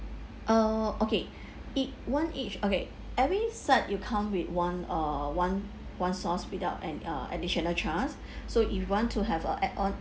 uh okay it one each okay every set it will come with one uh one one sauce without an uh additional charge so if you want to have a add on